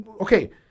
okay